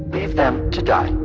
leave them to die.